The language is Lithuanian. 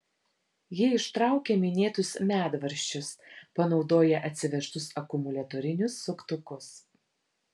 jie ištraukė minėtus medvaržčius panaudoję atsivežtus akumuliatorinius suktukus